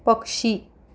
पक्षी